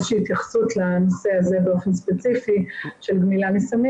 איזו שהיא התייחסות לנושא הזה באופן ספציפי של גמילה מסמים